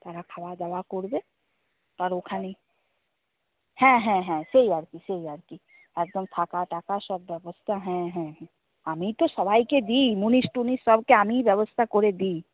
তারা খাওয়া দাওয়া করবে আর ওখানেই হ্যাঁ হ্যাঁ হ্যাঁ সেই আর কি সেই আর কি একদম থাকা টাকা সব ব্যবস্থা হ্যাঁ হ্যাঁ হ্যাঁ আমিই তো সবাইকে দিই মুনিশ টুনিশ সবকে আমিই ব্যবস্থা করে দিই